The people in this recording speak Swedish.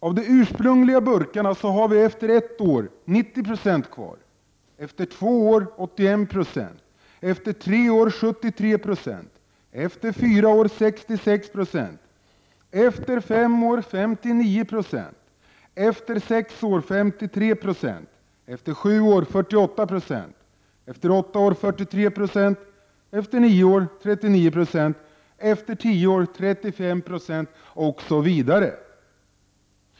Av de ursprungliga burkarna finns efter ett år 90 96 kvar, efter två år 81 96, efter tre år 73 7, efter fyra år 66 I, efter fem år 59 20, efter sex år 53 Ze, efter sju år 48 I, efter åtta år 43 90, efter nio år 39 90, efter tio år 35 Jo osv.